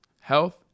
health